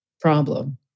problem